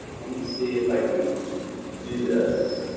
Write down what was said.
let me see if i can do this,